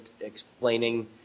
explaining